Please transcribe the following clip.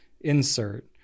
insert